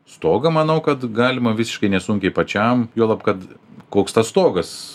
stogą manau kad galima visiškai nesunkiai pačiam juolab kad koks tas stogas